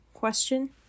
Question